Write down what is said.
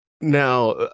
Now